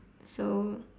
so